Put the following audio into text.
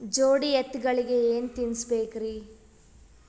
ಜೋಡಿ ಎತ್ತಗಳಿಗಿ ಏನ ತಿನಸಬೇಕ್ರಿ?